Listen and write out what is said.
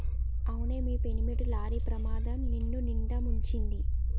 అవునే మీ పెనిమిటి లారీ ప్రమాదం నిన్నునిండా ముంచింది